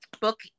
book